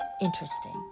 interesting